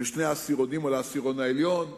לשני העשירונים העליונים או לעשירון העליון,